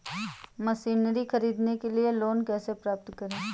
Machinery ख़रीदने के लिए लोन कैसे करें?